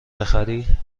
بخری